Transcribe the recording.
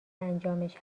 انجامش